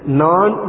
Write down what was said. non